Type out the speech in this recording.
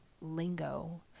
lingo